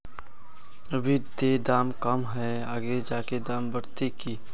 अभी ते दाम कम है आगे जाके दाम बढ़ते की?